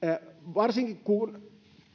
varsinkin kun